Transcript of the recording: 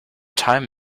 time